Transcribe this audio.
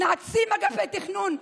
נעצים אגפי תכנון,